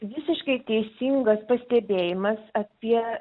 visiškai teisingas pastebėjimas apie